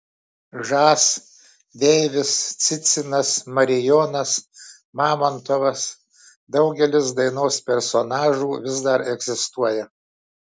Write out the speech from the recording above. žas deivis cicinas marijonas mamontovas daugelis dainos personažų vis dar egzistuoja